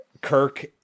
Kirk